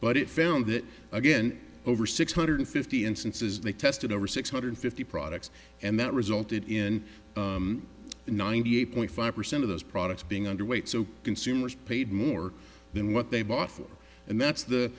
but it found that again over six hundred fifty instances they tested over six hundred fifty products and that resulted in ninety eight point five percent of those products being underweight so consumers paid more than what they bought for and that's the